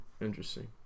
Interesting